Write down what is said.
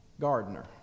gardener